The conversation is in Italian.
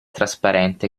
trasparente